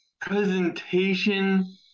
presentation